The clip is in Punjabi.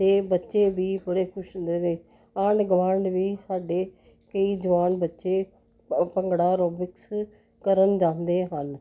ਅਤੇ ਬੱਚੇ ਵੀ ਬੜੇ ਖੁਸ਼ ਹੁੰਦੇ ਨੇ ਆਂਡ ਗਵਾਂਡ ਵੀ ਸਾਡੇ ਕਈ ਜਵਾਨ ਬੱਚੇ ਭ ਭੰਗੜਾ ਅਰੋਬਿਕਸ ਕਰਨ ਜਾਂਦੇ ਹਨ